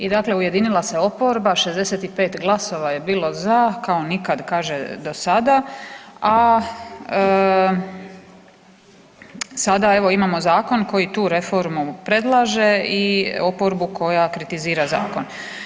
I dakle ujedinila se oporba, 65 glasova je bilo za kao nikad kaže do sada, a sada evo imamo zakon koji tu reformu predlaže i oporbu koja kritizira zakon.